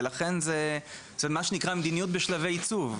ולכן זה מה שנקרא "מדיניות בשלבי עיצוב".